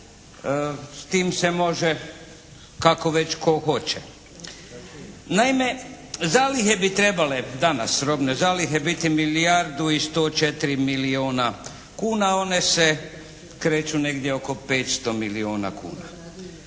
s tim se može kako već tko hoće. Naime, zalihe bi trebale, danas robne zalihe biti milijardu i 104 milijona kuna. One se kreću negdje oko 500 milijona kuna.